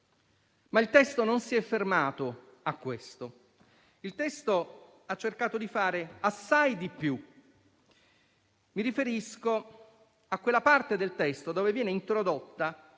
Ma il testo non si è fermato a questo; il testo ha cercato di fare assai di più. Mi riferisco a quella parte del testo dove viene introdotta